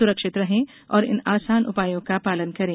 सुरक्षित रहें और इन आसान उपायों का पालन करें